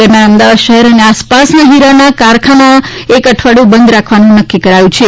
દરમ્યાન અમદાવાદ શહેર અને આસપાસના હીરાના કારખાના એક અઠવાડિયું બંધ રાખવાનું નક્કી કરાયું છે